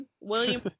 William